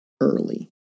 early